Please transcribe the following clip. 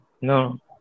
No